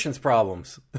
problems